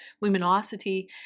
luminosity